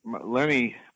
lenny